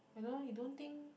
I know you don't think